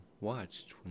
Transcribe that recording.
watched